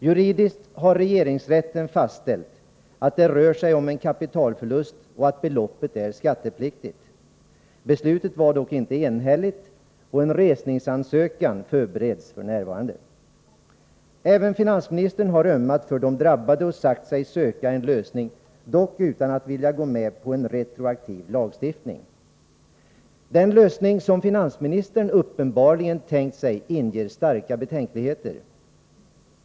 Juridiskt har regeringsrätten fastställt att det rör sig om en kapitalförlust och att beloppet är skattepliktigt. Beslutet var dock inte enhälligt, och en resningsansökan förbereds f.n. Även finansministern har ömmat för de drabbade och sagt sig söka en lösning, dock utan att vilja gå med på en retroaktiv lagstiftning. Den lösning som finansministern uppenbarligen tänkt sig inger starka betänkligheter.